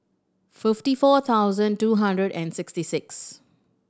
fifty four thousand two hundred and sixty six